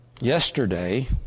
Yesterday